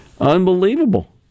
Unbelievable